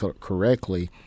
correctly